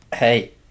Hey